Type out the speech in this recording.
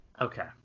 okay